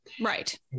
Right